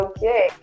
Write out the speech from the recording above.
Okay